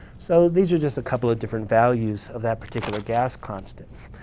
so these are just a couple of different values of that particular gas constant.